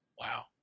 Wow